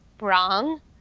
wrong